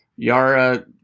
Yara